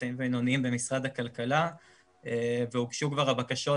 קטנים ובינוניים במשרד הכלכלה והוגשו כבר הבקשות,